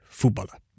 voetballen